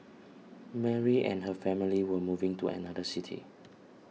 Mary and her family were moving to another city